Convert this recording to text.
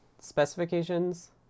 specifications